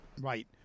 Right